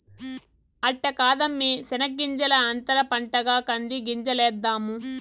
అట్ట కాదమ్మీ శెనగ్గింజల అంతర పంటగా కంది గింజలేద్దాము